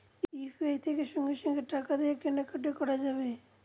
UPI থেকে সঙ্গে সঙ্গে টাকা দিয়ে কেনা কাটি করা যাবে